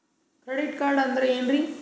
Credit card ಅಂದ್ರ ಏನ್ರೀ?